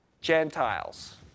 Gentiles